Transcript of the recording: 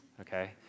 okay